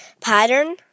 pattern